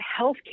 healthcare